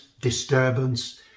disturbance